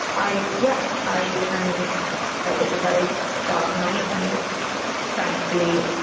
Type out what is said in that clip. i, yeah, i. and it was a very dark night. and thankfully,